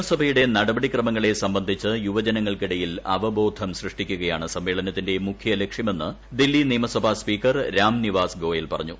നിയമസഭയുള്ട ആട്ടപടിക്രമങ്ങളെ സംബന്ധിച്ച് യുവജനങ്ങൾക്കിടയിൽ അവബ്ബേൽ സൃഷ്ടിക്കുകയാണ് സമ്മേളനത്തിന്റെ മുഖ്യലക്ഷ്യമെന്ന് ദില്ലി ്നിയൂമസഭാ സ്പീക്കർ രാം നിവാസ് ഗോയൽ പറഞ്ഞു